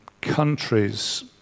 countries